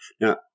Now